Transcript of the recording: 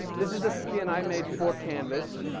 this is the skin i made for canvas.